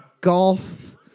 golf